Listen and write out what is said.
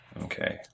Okay